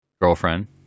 girlfriend